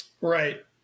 right